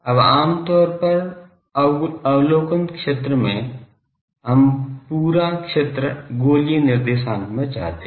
अब आम तौर पर अवलोकन क्षेत्र में हम पूरा क्षेत्र गोलीय निर्देशांक में चाहते हैं